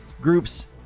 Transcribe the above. Groups